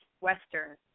Western